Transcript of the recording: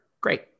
Great